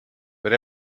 but